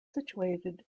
situated